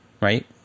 right